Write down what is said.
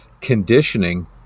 conditioning